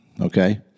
okay